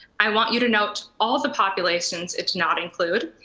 i want you to note all of the populations it's not include,